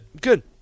Good